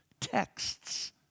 texts